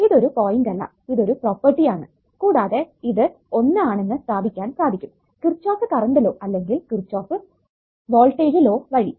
ഇതൊരു പോയിന്റ് അല്ല ഇതൊരു പ്രോപ്പർട്ടി ആണ് കൂടാതെ ഇത് 1ആണെന്ന് സ്ഥാപിക്കാൻ സാധിക്കും കിർച്ചോഫ് കറണ്ട് ലോ അല്ലെങ്കിൽ കിർച്ചോഫ് വോൾടേജ് ലോ വഴി